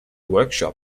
workshop